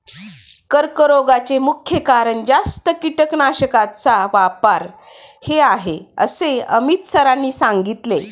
कर्करोगाचे मुख्य कारण जास्त कीटकनाशकांचा वापर हे आहे असे अमित सरांनी सांगितले